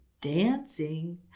dancing